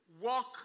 work